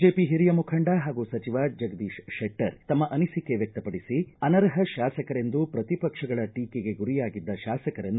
BJP ಹಿರಿಯ ಮುಖಂಡ ಹಾಗೂ ಸಚಿವ ಜಗದೀಶ ಶೆಟ್ಟರ್ ತಮ್ಮ ಅನಿಸಿಕೆ ವ್ಯಕ್ತಪಡಿಸಿ ಅನರ್ಹ ಶಾಸಕರೆಂದು ಪ್ರತಿಪಕ್ಷಗಳ ಟೀಕೆಗೆ ಗುರಿಯಾಗಿದ್ದ ಶಾಸಕರನ್ನು